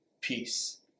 peace